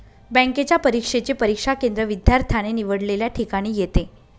बँकेच्या परीक्षेचे परीक्षा केंद्र विद्यार्थ्याने निवडलेल्या ठिकाणी येते